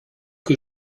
que